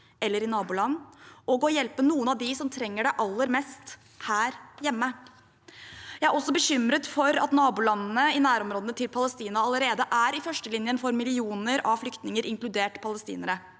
eller i naboland, og å hjelpe noen av dem som trenger det aller mest, her hjemme. Jeg er også bekymret for at nabolandene i nærområdene til Palestina allerede er i førstelinjen for millioner av flyktninger, inkludert palestinere.